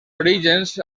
orígens